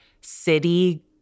city